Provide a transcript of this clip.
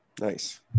Nice